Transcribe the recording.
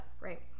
right